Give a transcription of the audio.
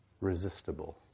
resistible